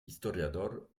historiador